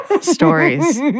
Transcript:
stories